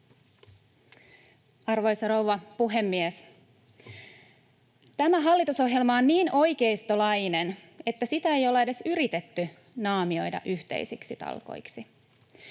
Arvoisa rouva puhemies! Tämä hallitusohjelma on niin oikeistolainen, että sitä ei olla edes yritetty naamioida yhteisiksi talkoiksi.